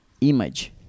image